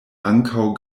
ankaŭ